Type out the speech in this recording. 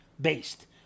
based